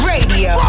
Radio